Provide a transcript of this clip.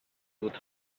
would